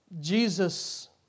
Jesus